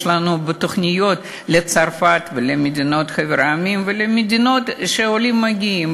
יש לנו בתוכניות לצרפת ולחבר המדינות ולמדינות שמהן מגיעים עולים,